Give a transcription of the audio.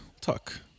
Talk